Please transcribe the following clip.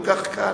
כל כך קל.